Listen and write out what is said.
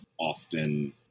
often